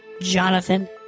Jonathan